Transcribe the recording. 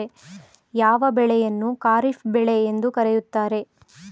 ಯಾವ ಬೆಳೆಯನ್ನು ಖಾರಿಫ್ ಬೆಳೆ ಎಂದು ಕರೆಯುತ್ತಾರೆ?